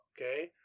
okay